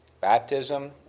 Baptism